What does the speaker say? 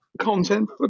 content